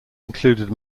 included